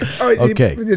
okay